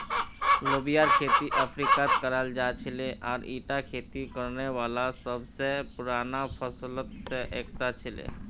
लोबियार खेती अफ्रीकात कराल जा छिले आर ईटा खेती करने वाला सब स पुराना फसलत स एकता छिके